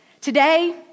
Today